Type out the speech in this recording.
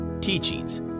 teachings